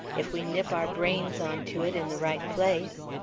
if we nip our brains on to it in the right place.